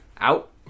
Out